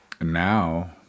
now